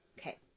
Okay